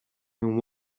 and